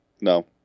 No